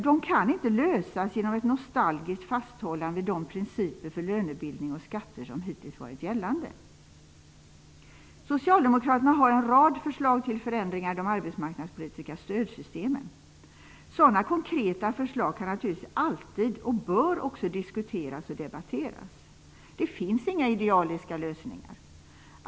De kan inte lösas genom ett nostalgiskt fasthållande vid de principer för lönebildning och skatter som hittills varit gällande. Socialdemokraterna har en rad förslag till förändringar i de arbetsmarknadspolitiska stödsystemen. Sådana konkreta förslag kan och bör naturligtvis alltid diskuteras och debatteras. Det finns inga idealiska lösningar.